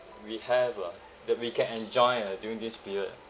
we have ah that we can enjoy ah during this period